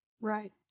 Right